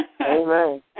Amen